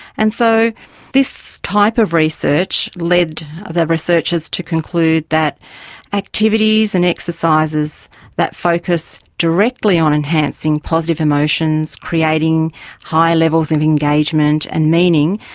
and so this type of research led ah the researchers to conclude that activities and exercises that focus directly on enhancing positive emotions, creating high levels of engagement and meaning,